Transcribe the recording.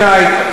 פלסטינית,